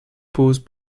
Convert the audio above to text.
pose